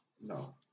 No